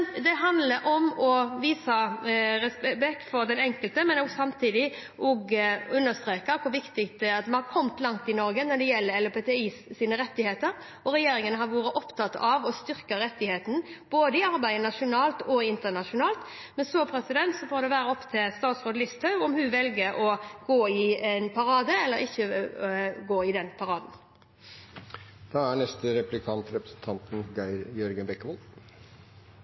den enkelte, men samtidig også understreke hvor viktig det er at vi har kommet langt i Norge når det gjelder LHBTI-personers rettigheter. Regjeringen har vært opptatt av å styrke rettighetene, både i arbeidet nasjonalt og i arbeidet internasjonalt. Så får det være opp til statsråd Listhaug om hun velger å gå i paraden eller ikke å gå i